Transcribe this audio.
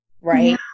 right